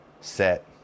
set